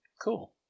Cool